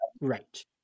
Right